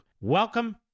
Welcome